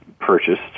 purchased